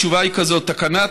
התשובה היא כזאת: תקנת,